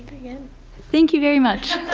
yeah thank you very much.